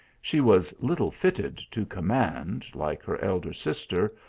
she was little fitted to command like her elder sister,